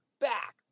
back